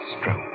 stroke